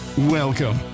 Welcome